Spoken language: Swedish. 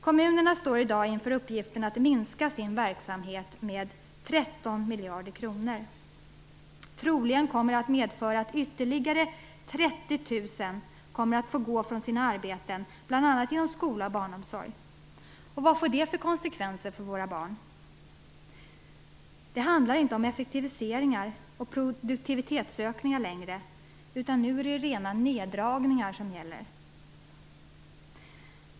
Kommunerna står i dag inför uppgiften att minska sin verksamhet med 13 miljarder kronor. Troligen kommer det att medföra att ytterligare 30 000 kommer att få gå från sina arbeten, bl.a. inom skola och barnomsorg. Vilka konsekvenser får det för våra barn? Det handlar inte längre om effektiviseringar och produktivitetsökningar, utan det är nu rena neddragningar som gäller.